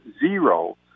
zero